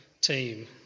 team